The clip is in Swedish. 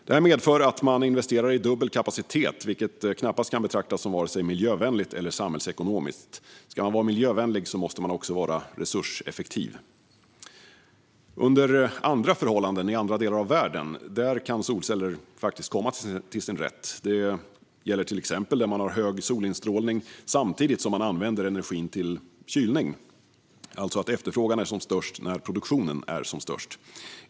Det medför att man investerar i dubbel kapacitet, vilket knappast kan betraktas som vare sig miljövänligt eller samhällsekonomiskt. Ska man vara miljövänlig måste man också vara resurseffektiv. Under andra förhållanden, i andra delar av världen, kan solceller komma till sin rätt. Det gäller till exempel där man har hög solinstrålning samtidigt som man använder energin till kylning, alltså att efterfrågan är som störst när produktionen är som störst.